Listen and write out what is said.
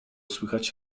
słychać